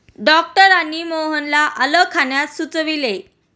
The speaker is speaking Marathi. डॉक्टरांनी मोहनला आलं खाण्यास सुचविले